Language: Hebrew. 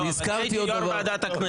הייתי יושב ראש ועדת הכנסת.